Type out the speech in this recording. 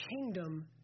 kingdom